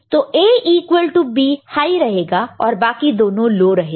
तो A equal to B high रहेगा और बाकी दोनों लो रहेगा